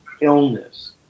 illness